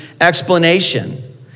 explanation